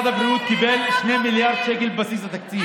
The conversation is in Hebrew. ששמה בבסיס התקציב